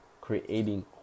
creating